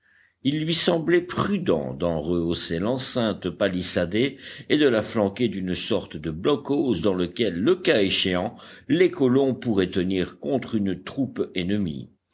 il lui semblait prudent d'en rehausser l'enceinte palissadée et de la flanquer d'une sorte de blockhaus dans lequel le cas échéant les colons pourraient tenir contre une troupe ennemie